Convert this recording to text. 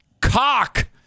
cock